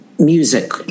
Music